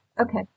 Okay